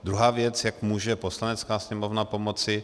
Druhá věc, jak může Poslanecká sněmovna pomoci.